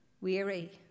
weary